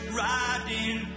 riding